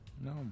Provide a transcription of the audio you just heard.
No